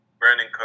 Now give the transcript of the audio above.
Brandon